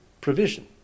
provision